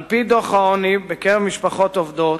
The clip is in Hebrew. על-פי דוח העוני, בקרב משפחות עובדות